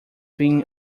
being